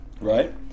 Right